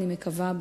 אני מקווה,